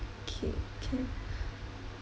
K can